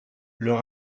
leur